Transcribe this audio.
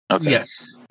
yes